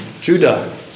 Judah